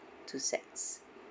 two sets